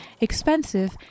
expensive